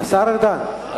השר ארדן,